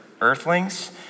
earthlings